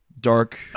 Dark